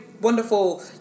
wonderful